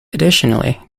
additionally